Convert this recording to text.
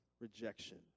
rejection